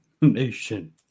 Nation